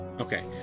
Okay